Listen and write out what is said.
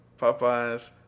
Popeyes